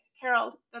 carol